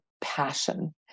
passion